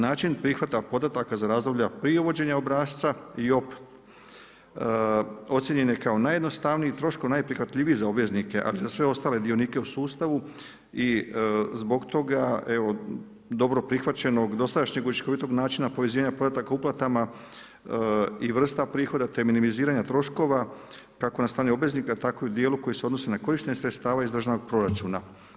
Način prihvata podataka za razdoblja prije uvođenja obrasca ocjenjen je kao najjednostavniji, troškom najprihvatljiviji za obveznike ali i za sve ostale dionike u sustavu i zbog toga dobro prihvaćenog dosadašnjeg učinkovitog načina povezivanja podataka uplatama i vrstama prihoda te minimiziranja troškova, kako na strani obveznika tako i djelu koji se odnosi na korištenje sredstva iz državnog proračuna.